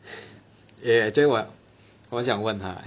ya ya ya actually 我我很想问他